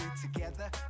together